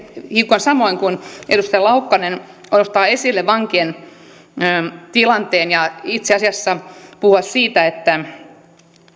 hiukan samoin kuin edustaja laukkanen ottaa esille vankien tilanteen ja puhua siitä että